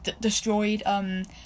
destroyed